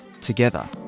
together